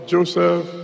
Joseph